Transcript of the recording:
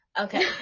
Okay